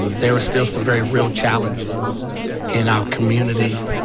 there are still some very real challenges in our community,